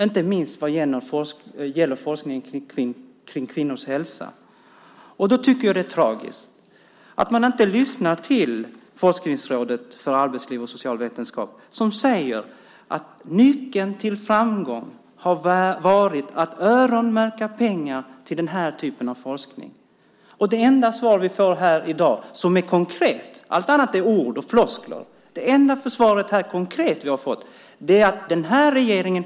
Inte minst gäller det forskningen om kvinnors hälsa. Därför tycker jag att det är tragiskt att man inte lyssnar till Forskningsrådet för arbetsliv och socialvetenskap, som säger att nyckeln till framgången just varit att pengar till den typen av forskning öronmärkts. Det enda konkreta svar vi får i dag är att regeringen inte kommer att öronmärka pengar till den forskningen.